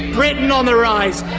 britain on the rise.